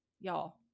Y'all